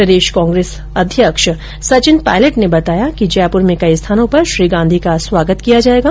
प्रदेश कांग्रेस अध्यक्ष सचिन पायलट ने बताया कि जयपुर में कई स्थानों पर श्री गांधी का स्वागत किया जाएगा